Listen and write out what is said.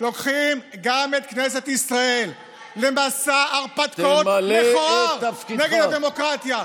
לוקחים גם את כנסת ישראל למסע הרפתקאות מכוער נגד הדמוקרטיה,